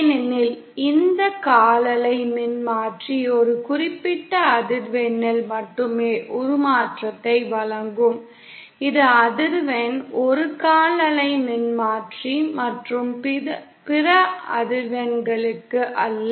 ஏனெனில் இந்த கால் அலை மின்மாற்றி ஒரு குறிப்பிட்ட அதிர்வெண்ணில் மட்டுமே உருமாற்றத்தை வழங்கும் இது அதிர்வெண் ஒரு கால் அலை மின்மாற்றி மற்றும் பிற அதிர்வெண்களுக்கு அல்ல